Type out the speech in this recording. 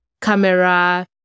camera